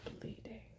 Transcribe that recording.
bleeding